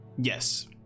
Yes